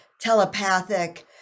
telepathic